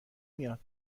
میاد